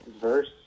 verse